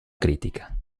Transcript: critica